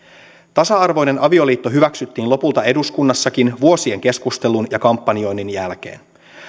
tasa arvoinen avioliitto hyväksyttiin lopulta eduskunnassakin vuosien keskustelun ja kampanjoinnin jälkeen